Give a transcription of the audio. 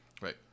Right